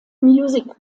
music